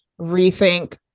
rethink